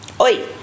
Oi